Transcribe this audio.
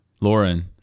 Lauren